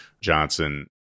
Johnson